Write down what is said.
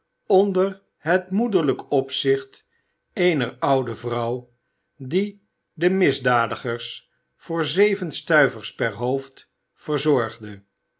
onder het moederlijke opzicht eener oude vrouw die de misdadigers voor zeven stuivers per hoofd verzorgde